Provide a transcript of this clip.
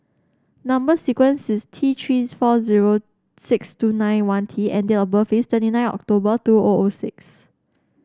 number sequence is T Three four zero six two nine one T and date of birth is twenty nine October two O O six